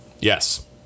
Yes